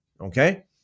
Okay